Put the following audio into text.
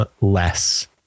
less